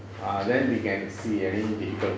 ah then can see any difficulties